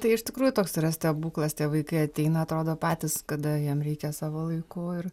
tai iš tikrųjų toks yra stebuklas tie vaikai ateina atrodo patys kada jiem reikia savo laiku ir